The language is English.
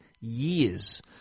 years